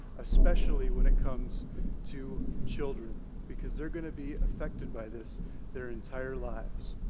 especially when it comes to children, because they're going to be affected by this their entire lives.